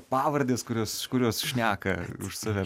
pavardės kurios kurios šneka už save